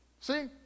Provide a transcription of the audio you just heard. see